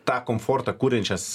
tą komfortą kuriančias